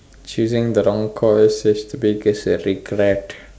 choosing the wrong course is the biggest regret